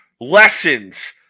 Lessons